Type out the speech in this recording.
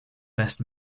best